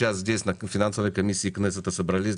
עדכון אופרטיבי של נתיב והסוכנות.